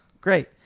Great